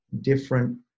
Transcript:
different